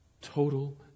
Total